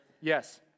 Yes